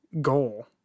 goal